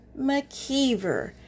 McKeever